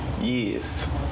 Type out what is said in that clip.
Yes